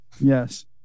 Yes